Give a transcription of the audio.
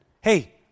hey